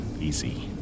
easy